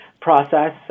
process